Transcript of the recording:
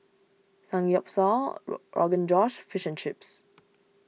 Samgyeopsal Rogan Josh Fish and Chips